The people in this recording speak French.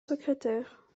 secrétaire